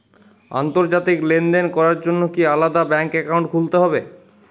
আন্তর্জাতিক লেনদেন করার জন্য কি আলাদা ব্যাংক অ্যাকাউন্ট খুলতে হবে?